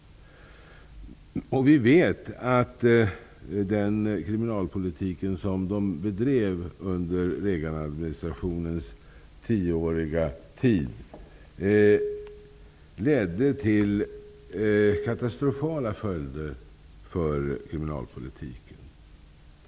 Vi vet att den kriminalpolitik som bedrevs under Reaganadministrationens tioåriga period fick katastrofala följder för kriminalpolitiken.